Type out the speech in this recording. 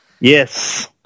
Yes